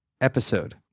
episode